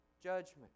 Judgment